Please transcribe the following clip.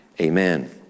amen